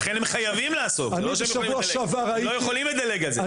לכן, הם חייבים לעסוק והם לא יכולים לדלג על זה.